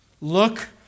Look